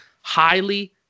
Highly